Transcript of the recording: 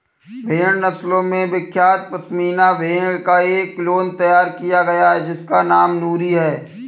भेड़ नस्लों में विख्यात पश्मीना भेड़ का एक क्लोन तैयार किया गया है जिसका नाम नूरी है